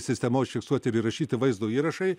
sistema užfiksuoti ir įrašyti vaizdo įrašai